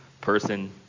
person